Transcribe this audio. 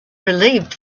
relieved